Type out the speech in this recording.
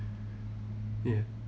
ya